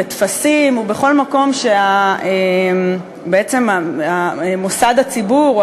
בטפסים ובכל מקום שמוסד הציבור או